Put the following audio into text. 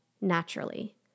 naturally